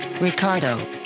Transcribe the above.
Ricardo